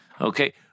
Okay